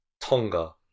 Tonga